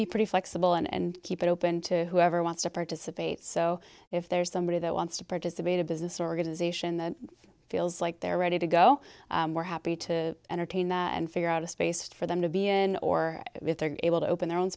be pretty flexible and keep it open to whoever wants to participate so if there's somebody that wants to participate a business organization that feels like they're ready to go we're happy to entertain that and figure out a space for them to be in or able to open their own